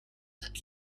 that